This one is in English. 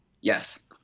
Yes